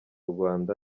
rwanda